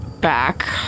back